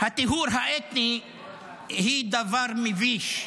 הטיהור האתני היא דבר מביש.